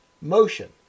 motion